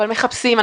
אבל מחפשים.